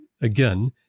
again